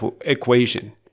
equation